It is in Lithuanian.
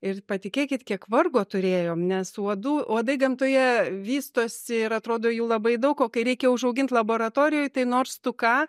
ir patikėkit kiek vargo turėjom nes uodų uodai gamtoje vystosi ir atrodo jų labai daug o kai reikia užaugint laboratorijoj tai nors tu ką